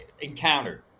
encountered